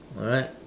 alright